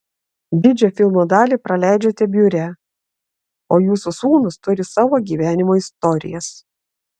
didžią filmo dalį praleidžiate biure o jūsų sūnūs turi savo gyvenimo istorijas